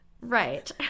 Right